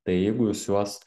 tai jeigu jūs juos